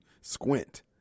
squint